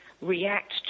react